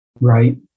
Right